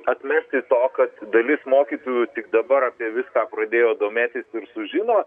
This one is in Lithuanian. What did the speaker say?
atmesti to kad dalis mokytojų tik dabar apie viską pradėjo domėtis ir sužino